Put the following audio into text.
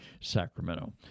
Sacramento